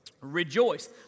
Rejoice